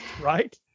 Right